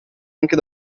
anche